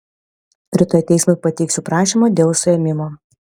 rytoj teismui pateiksiu prašymą dėl suėmimo